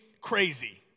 crazy